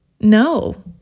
No